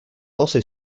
also